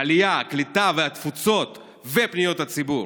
העלייה, הקליטה, התפוצות ופניות הציבור,